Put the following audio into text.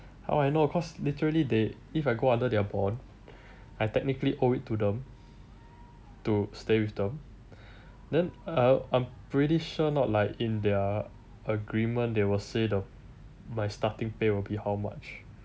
how I know cause literally they if I go under their bond I technically owe it to them to stay with them then I I'm pretty sure not like in their agreement they will say the my starting pay will be how much